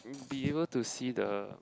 be able to see the